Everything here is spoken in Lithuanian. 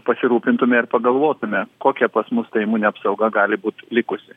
pasirūpintume ir pagalvotume kokia pas mus ta imunė apsauga gali būt likusi